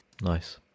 Nice